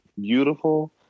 beautiful